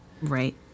Right